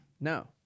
No